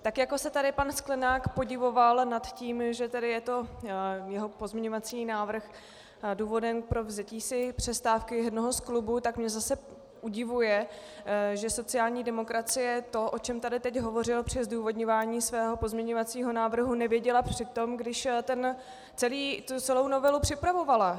Tak jako se tady pan Sklenák podivoval nad tím, že tedy je to jeho pozměňovací návrh důvodem pro vzetí si přestávky jednoho z klubů, tak mě zase udivuje, že sociální demokracie to, o čem tady teď hovořil při zdůvodňování svého pozměňovacího návrhu, nevěděla při tom, když celou tu novelu připravovala.